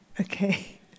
Okay